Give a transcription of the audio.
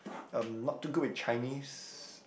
um not too good with Chinese